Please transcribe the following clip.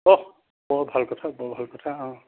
কওক বৰ ভাল কথা বৰ ভাল কথা অ